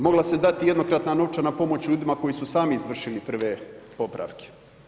Mogla se dati jednokratna novčana pomoć ljudima koji su sami izvršili prve popravke.